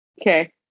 okay